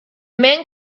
man